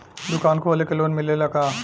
दुकान खोले के लोन मिलेला का?